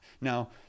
Now